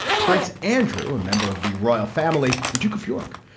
prince andrew, a member of the royal family, the duke of york,